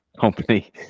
company